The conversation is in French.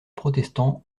protestants